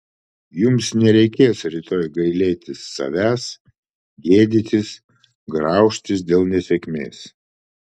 jums nereikės rytoj gailėtis savęs gėdytis graužtis dėl nesėkmės